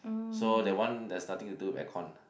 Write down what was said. so that one there's nothing to do with air con